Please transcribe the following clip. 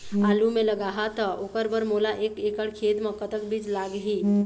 आलू मे लगाहा त ओकर बर मोला एक एकड़ खेत मे कतक बीज लाग ही?